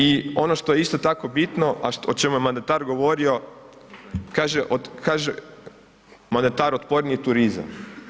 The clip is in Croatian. I ono što je isto tako bitno a o čemu je mandatar govorio, kaže mandatar, otporniji turizam.